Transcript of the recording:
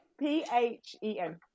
P-H-E-N